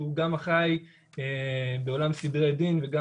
שהוא גם אחראי בעולם סדרי הדין וגם